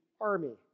army